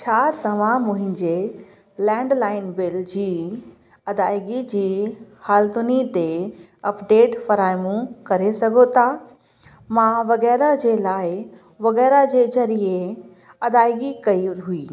छा तव्हां मुंहिंजे लैंडलाइन बिल जी अदायगीअ जी हालतुनि ते अपडेट फ़राएमूं करे सघो था मां वगेरा जे लाइ वगेरा जे ज़रिए अदायगी कई हुई